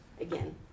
again